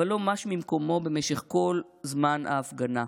אבל לא מש ממקומו במשך כל זמן ההפגנה.